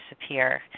Disappear